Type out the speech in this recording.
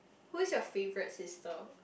who is your favorite sister